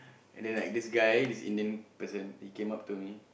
and then like this guy this Indian person he came up to me